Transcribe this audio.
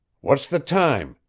what's the time?